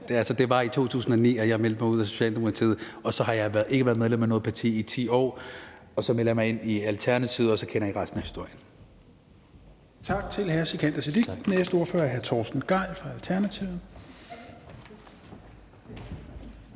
Det var i 2009, jeg meldte mig ud af Socialdemokratiet, og så har jeg ikke været medlem af noget parti i 10 år, og så meldte jeg mig ind i Alternativet, og så kender I resten af historien.